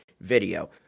video